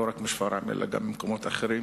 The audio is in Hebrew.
לא רק משפרעם אלא גם ממקומות אחרים.